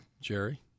Jerry